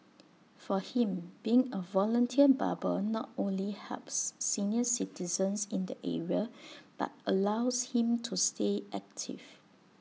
for him being A volunteer barber not only helps senior citizens in the area but allows him to stay active